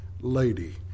lady